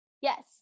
Yes